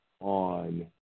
on